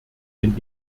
den